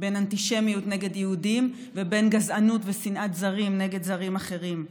בין אנטישמיות נגד יהודים ובין גזענות ושנאת זרים נגד זרים אחרים.